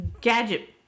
gadget